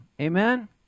Amen